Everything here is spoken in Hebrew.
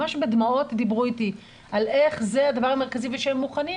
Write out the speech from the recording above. ממש בדמעות דיברו איתי על איך זה הדבר המרכזי ושהם מוכנים,